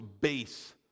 base